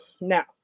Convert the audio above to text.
Now